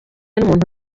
n’umuntu